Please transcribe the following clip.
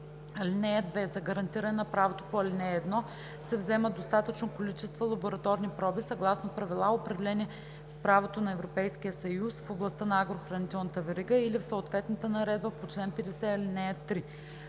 3. (2) За гарантиране на правото по ал. 1 се вземат достатъчно количество лабораторни проби съгласно правила, определени в правото на Европейския съюз в областта на агрохранителната верига или в съответната наредба по чл. 50, ал. 3.